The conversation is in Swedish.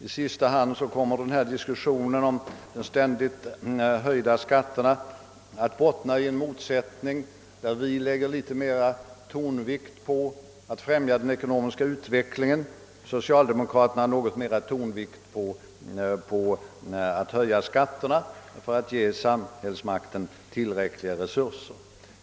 I sista hand kommer denna diskussion om de ständigt höjda skatterna att bottna i en motsättning. Vi lägger mer tonvikt på att främja den ekonomiska utvecklingen, socialdemokraterna lägger mer tonvikt på att höja skatterna för att den vägen ge samhällsmakten tillräckliga resurser.